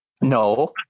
No